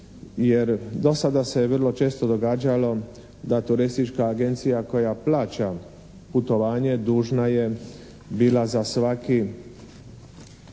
jer do sada se je vrlo često događalo da turistička agencija koja plaća putovanje dužna je bila za svaki